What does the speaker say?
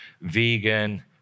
vegan